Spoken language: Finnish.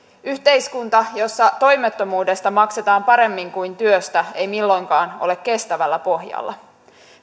yhteiskunta jossa toimettomuudesta maksetaan paremmin kuin työstä ei milloinkaan ole kestävällä pohjalla